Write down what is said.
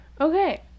Okay